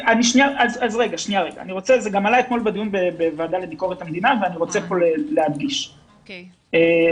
זה עלה גם אתמול בדיון בוועדה לביקורת המדינה ואני רוצה להדגיש: החוק,